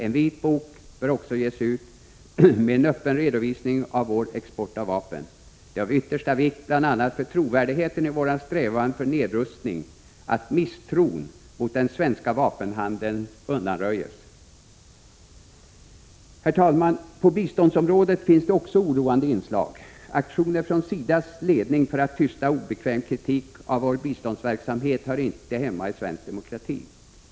En vitbok bör också ges ut med en öppen redovisning av vår export av vapen. Det är av yttersta vikt, bl.a. för trovärdigheten i våra strävanden för nedrustning, att misstron mot den svenska vapenhandeln undanröjs. Herr talman! På biståndsområdet finns det också oroande inslag. Aktioner från SIDA:s ledning för att tysta obekväm kritik av vår biståndsverksamhet hör inte hemma i svensk demokrati.